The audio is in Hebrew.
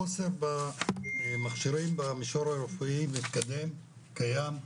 החוסר במכשירים במישור הרפואי המתקדם קיים,